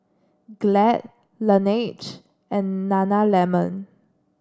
Glad Laneige and Nana lemon